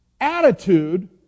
attitude